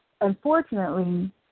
unfortunately